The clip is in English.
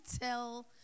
tell